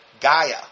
Gaia